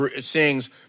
sings